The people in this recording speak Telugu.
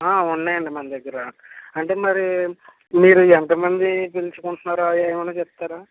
ఉన్నాయండి మనదగ్గర అంటే మరి మీరు ఎంత మంది పిలుచు కుంటున్నారు అది ఏమైనా చెప్తారా